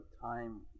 time